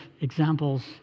examples